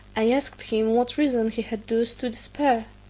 i asked him what reason he had thus to despair?